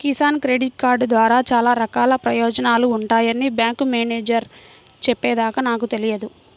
Kisan credit card ద్వారా చాలా రకాల ప్రయోజనాలు ఉంటాయని బ్యాంకు మేనేజేరు చెప్పే దాకా నాకు తెలియదు